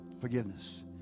Forgiveness